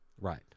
Right